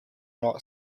not